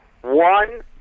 one